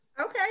okay